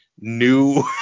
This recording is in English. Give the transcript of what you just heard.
new